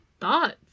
thoughts